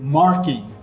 marking